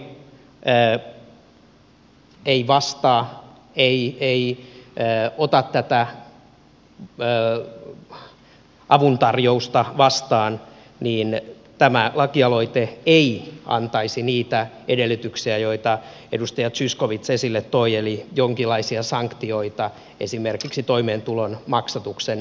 jos nuori ei vastaa ei ota tätä avuntarjousta vastaan niin tämä laki aloite ei antaisi niitä edellytyksiä joita edustaja zyskowicz esille toi eli tulisi jonkinlaisia sanktioita esimerkiksi toimeentulon maksatuksen jatkamiseksi